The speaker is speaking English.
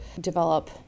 develop